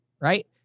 right